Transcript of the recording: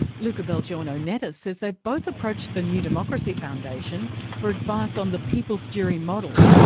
luca belgiorno-nettis says they've both approached the newdemocracy foundation for advice on the people's jury model,